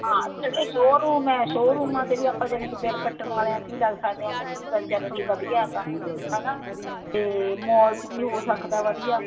ਹਾਂ ਨਹੀਂ ਨਹੀਂ ਸ਼ੋਰੂਮ ਹੈ ਸ਼ੋਰੂਮਾਂ 'ਤੇ ਵੀ ਆਪਾਂ ਯਾਨੀ ਕਿ ਬਿਲ ਕੱਟਣ ਵਾਲਿਆਂ 'ਚ ਵੀ ਲੱਗ ਸਕਦੇ ਹਾਂ ਉਹਦੇ 'ਚ ਵੀ ਬ ਯਾਨੀ ਕਿ ਵਧੀਆ ਹੈਗਾ ਹੈ ਨਾ ਅਤੇ ਮਾਲ 'ਚ ਵੀ ਹੋ ਸਕਦਾ ਵਧੀਆ